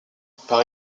par